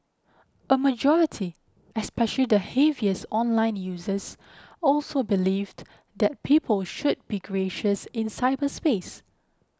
a majority especially the heaviest online users also believed that people should be gracious in cyberspace